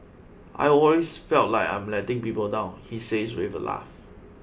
I always feel like I am letting people down he says with a laugh